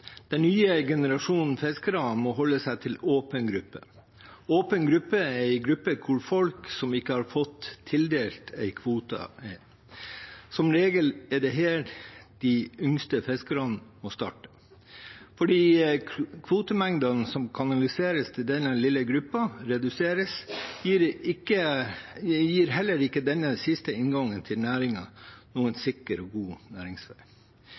Den nye generasjonen fiskere må holde seg til åpen gruppe. Åpen gruppe er den gruppen hvor folk som ikke har fått tildelt en kvote, er. Som regel er det her de yngste fiskerne må starte. Fordi kvotemengdene som kanaliseres til denne lille gruppen, reduseres, gir heller ikke denne siste inngangen til næringen noen sikker og god næringsvei.